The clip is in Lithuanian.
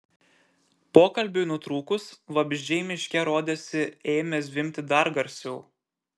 pokalbiui nutrūkus vabzdžiai miške rodėsi ėmė zvimbti dar garsiau